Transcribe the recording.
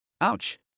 Ouch